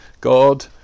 God